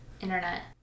internet